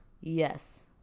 Yes